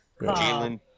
Jalen